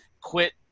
quit